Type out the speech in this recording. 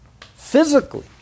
Physically